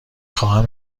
خواهم